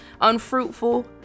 unfruitful